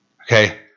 okay